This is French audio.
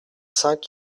cinq